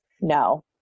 No